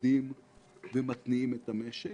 עובדים ומתניעים את המשק,